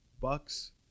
bucks